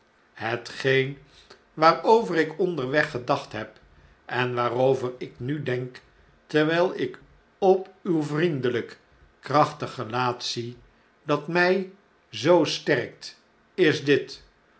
hetgeen waarover ik onderweggedachtheb en waarover ik nu denk terwjjl ik op uw vriendeljjk krachtig gelaat zie dat mjj zoo sterkt is dit